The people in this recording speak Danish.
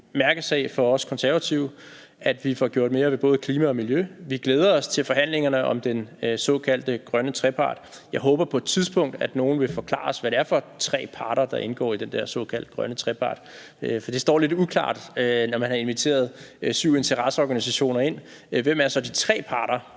mærkesag for os Konservative, at vi får gjort mere ved både klima og miljø. Vi glæder os til forhandlingerne om den såkaldte grønne trepart. Jeg håber på et tidspunkt, at nogle vil forklare os, hvad det er for tre parter, der indgår i den der såkaldte grønne trepart, for det står lidt uklart. Når man har inviteret syv interesseorganisationer ind, hvem er så de tre parter,